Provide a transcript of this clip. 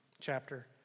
chapter